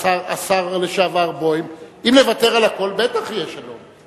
השר לשעבר בוים, אם נוותר על הכול בטח יהיה שלום.